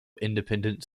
independent